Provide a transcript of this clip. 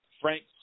Frank